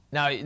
Now